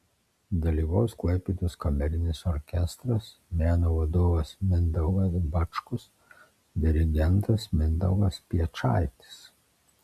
dalyvaus klaipėdos kamerinis orkestras meno vadovas mindaugas bačkus dirigentas mindaugas piečaitis